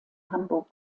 hamburg